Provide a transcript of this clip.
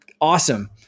awesome